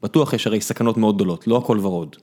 בטוח יש הרי סכנות מאוד גדולות, לא הכל ורוד.